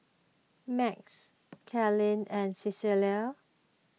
Max Kaley and Cecile